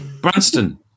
Branston